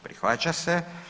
Prihvaća se.